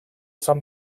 sum